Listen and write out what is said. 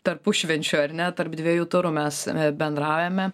tarpušvenčiu ar ne tarp dviejų turų mes bendraujame